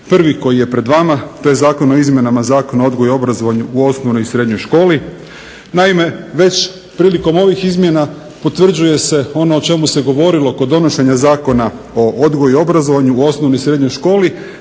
Prvi koji je pred vama to je Zakon o izmjenama Zakona o odgoju i obrazovanju u osnovnoj i srednjoj školi. Naime, već prilikom ovih izmjena potvrđuje se ono o čemu se govorilo kod donošenja Zakona o odgoju i obrazovanju u osnovnoj i srednjoj školi,